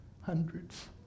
Hundreds